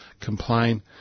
complain